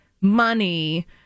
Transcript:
money